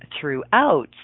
throughout